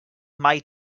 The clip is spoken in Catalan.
mai